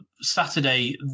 Saturday